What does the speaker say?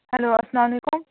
hello اسلام علیکم